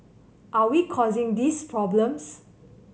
are we causing these problems